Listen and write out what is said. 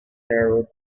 narrowed